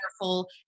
wonderful